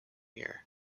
year